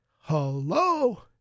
hello